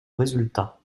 résultat